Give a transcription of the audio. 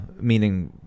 meaning